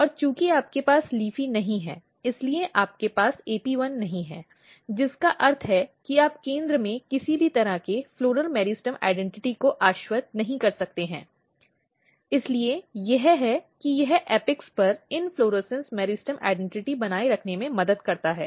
और चूंकि आपके पास LEAFY नहीं है इसलिए आपके पास AP1 नहीं है जिसका अर्थ है कि आप केंद्र में किसी भी तरह के फ़्लॉरल मेरिस्टम पहचान को आश्वस्त नहीं कर सकते हैं इसलिए यह है कि यह एपेक्स पर इन्फ्लोरेसन्स मेरिस्टम पहचान बनाए रखने में मदद करता है